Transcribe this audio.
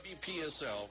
WPSL